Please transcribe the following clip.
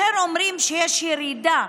אומרים שיש ירידה,